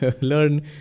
learn